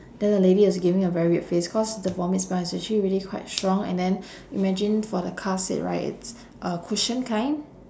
then the lady was giving me a very weird face cause the vomit smell is actually really quite strong and then imagine for the car seat right it's a cushion kind